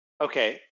Okay